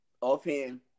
offhand